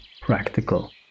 practical